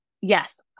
yes